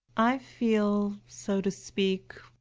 i feel, so to speak,